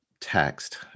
text